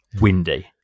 windy